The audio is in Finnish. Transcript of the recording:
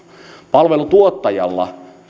palveluntuottajalla